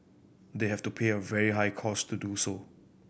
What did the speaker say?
they have to pay a very high cost to do so